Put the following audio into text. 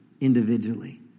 individually